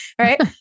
right